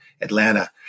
Atlanta